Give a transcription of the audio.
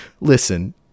listen